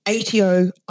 ATO